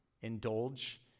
indulge